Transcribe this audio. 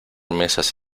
mesas